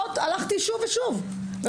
הלכתי שוב ושוב.